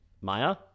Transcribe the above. Maya